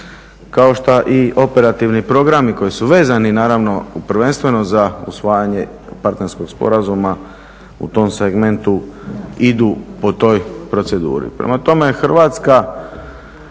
kao što i operativni programi koji su vezani naravno prvenstveno za usvajanje partnerskog sporazuma u tom segmentu idu po toj proceduri. Prema tome Hrvatska,